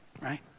Right